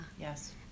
Yes